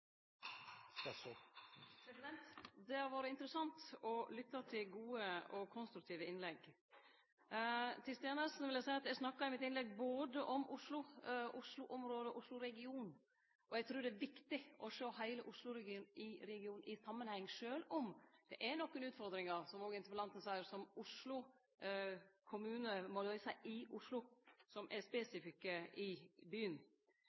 Det har vore interessant å lytte til gode og konstruktive innlegg. Til Steenersen vil eg seie at eg snakka i mitt innlegg om både Oslo-området og Oslo-regionen. Eg trur det er viktig å sjå heile Oslo-regionen i samanheng, sjølv om det er nokre utfordringar – som òg interpellanten seier – som Oslo kommune må løyse i Oslo, og som er